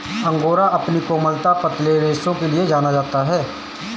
angora अपनी कोमलता, पतले रेशों के लिए जाना जाता है